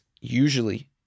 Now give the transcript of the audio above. usually